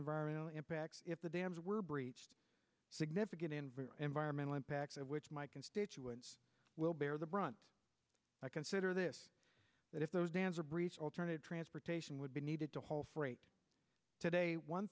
environmental impacts if the dams were breached significant in environmental impacts of which my constituents will bear the brunt i consider this that if those dams are breached alternative transportation would be needed to haul freight today one